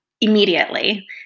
immediately